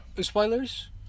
Spoilers